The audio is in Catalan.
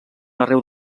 arreu